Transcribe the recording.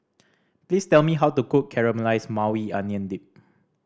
please tell me how to cook Caramelized Maui Onion Dip